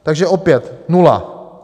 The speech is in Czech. Takže opět, nula.